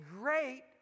great